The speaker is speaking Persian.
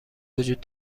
وجود